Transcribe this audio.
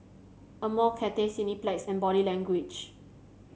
Amore Cathay Cineplex and Body Language